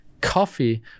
coffee